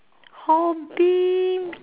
hobby